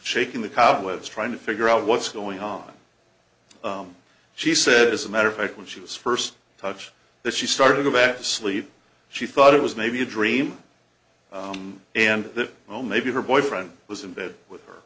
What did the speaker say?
shaking the cobwebs trying to figure out what's going on she said as a matter of fact when she was first touch that she started to go back to sleep she thought it was maybe a dream and that oh maybe her boyfriend was in bed with her